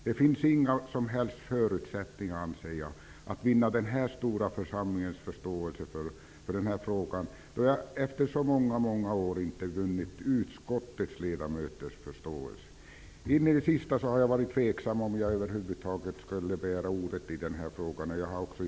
Det finns inga som helst förutsättningar, anser jag, att vinna den här stora församlingens förståelse för den här frågan, då jag efter så många år inte vunnit förståelse hos utskottets ledamöter. In i det sista har jag varit tveksam, om jag över huvud taget skulle begära ordet i den här frågan.